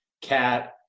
cat